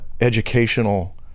Educational